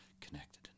connected